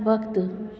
वक़्तु